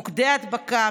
מוקדי הדבקה,